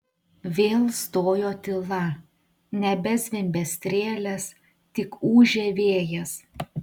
vėl stojo tyla nebezvimbė strėlės tik ūžė vėjas